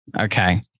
Okay